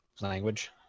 language